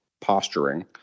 posturing